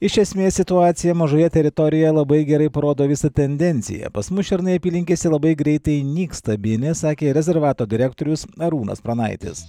iš esmės situacija mažoje teritorijoje labai gerai parodo visą tendenciją pas mus šernai apylinkėse labai greitai nyksta bi en es sakė rezervato direktorius arūnas pranaitis